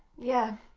yeah,